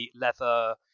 leather